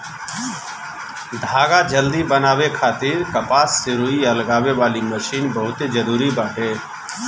धागा जल्दी बनावे खातिर कपास से रुई अलगावे वाली मशीन बहुते जरूरी बाटे